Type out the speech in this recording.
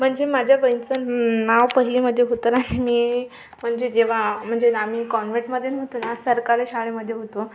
म्हणजे माझ्या बहीचं न नाव पहिलीमध्ये होतं मी म्हणजे जेव्हा म्हणजे आम्ही कॉन्व्हेटमध्ये नव्हतो ना सरकारी शाळेमध्ये होतो